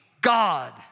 God